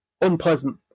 unpleasant